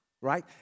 right